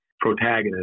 protagonist